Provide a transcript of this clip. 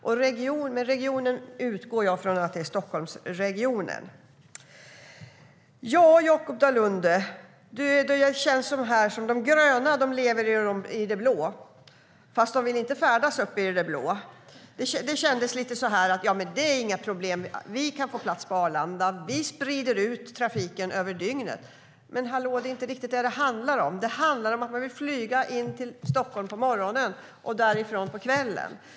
Jag utgår ifrån att "regionen" är Stockholmsregionen.Ja, Jakop Dalunde, det känns här som att de gröna lever i det blå, fast de vill inte färdas uppe i det blå. Det kändes lite som att det här inte är några problem. Flyget kan få plats på Arlanda. Vi sprider ut trafiken över dygnet. Men, hallå, det är inte riktigt det som det handlar om. Det handlar om att man vill kunna flyga in till Stockholm på morgonen och därifrån på kvällen.